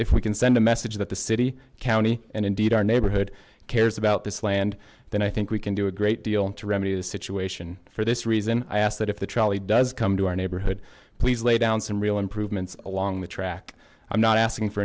if we can send a message that the city county and indeed our neighborhood cares about this land then i think we can do a great deal to remedy the situation for this reason i ask that if the trolley does come to our neighborhood please lay down some real improvements along the track i'm not asking for